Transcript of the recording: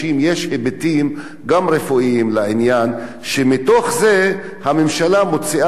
ומתוך זה הממשלה מוציאה הרבה כספים על טיפול,